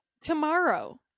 tomorrow